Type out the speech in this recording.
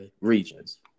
Regions